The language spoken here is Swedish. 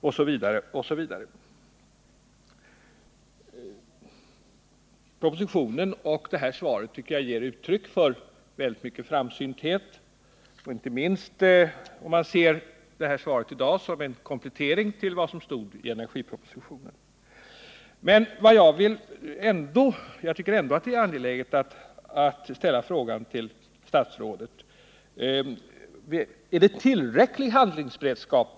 Jag tycker att propositionen och svaret på min fråga tyder på stor framsynthet, inte minst om man ser svaret i dag som en komplettering till vad som stod i propositionen. Men jag tycker ändå att det är angeläget att få ställa denna fråga till statsrådet: Har vi en tillräckligt stor handlingsberedskap?